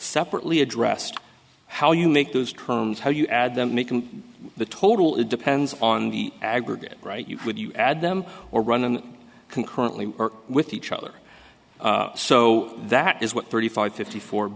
separately addressed how you make those terms how you add them to the total it depends on the aggregate right you when you add them or run concurrently with each other so that is what thirty five fifty fo